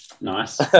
nice